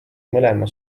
mõlema